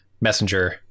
messenger